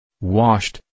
Washed